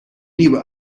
nieuwe